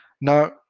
Now